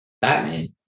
Batman